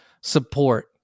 support